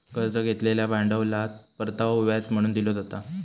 कर्ज घेतलेल्या भांडवलात परतावो व्याज म्हणून दिलो जाता